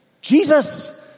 Jesus